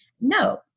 No